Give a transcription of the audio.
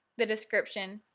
the description,